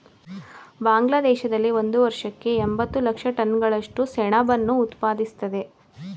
ಬಾಂಗ್ಲಾದೇಶದಲ್ಲಿ ಒಂದು ವರ್ಷಕ್ಕೆ ಎಂಬತ್ತು ಲಕ್ಷ ಟನ್ಗಳಷ್ಟು ಸೆಣಬನ್ನು ಉತ್ಪಾದಿಸ್ತದೆ